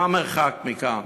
מה המרחק מכאן?